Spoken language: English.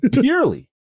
purely